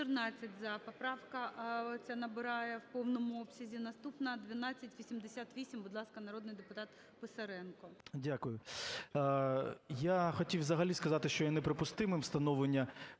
Я хотів взагалі сказати, що є неприпустимим встановлення